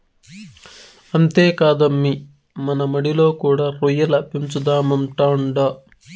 అంతేకాదమ్మీ మన మడిలో కూడా రొయ్యల పెంచుదామంటాండా